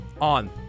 on